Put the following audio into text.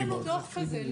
אין לנו דוח כזה.